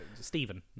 Stephen